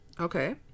Okay